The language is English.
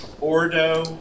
ordo